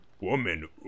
woman